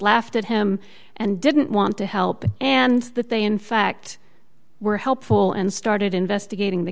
laughed at him and didn't want to help and that they in fact were helpful and started investigating